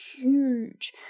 huge